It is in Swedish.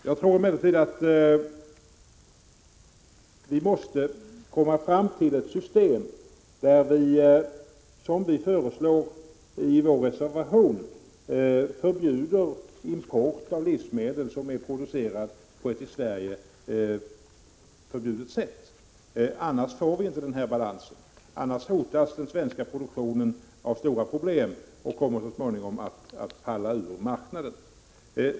Jag tror emellertid att vi måste komma fram till ett system där vi, som vi föreslår i vår reservation, förbjuder import av livsmedel som är producerade på ett i Sverige förbjudet sätt. Annars hotas den svenska produktionen, och de svenska produkterna kommer så småningom att försvinna ur marknaden.